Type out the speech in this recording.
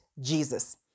Jesus